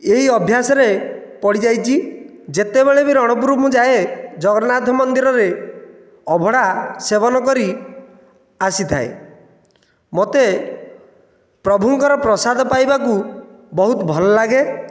ଏଇ ଅଭ୍ୟାସରେ ପଡ଼ିଯାଇଛି ଯେତେବେଳେ ବି ରଣପୁର ମୁଁ ଯାଏ ଜଗନ୍ନାଥ ମନ୍ଦିରରେ ଅଭଡ଼ା ସେବନ କରି ଆସିଥାଏ ମୋତେ ପ୍ରଭୁଙ୍କର ପ୍ରସାଦ ପାଇବାକୁ ବହୁତ ଭଲ ଲାଗେ